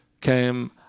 came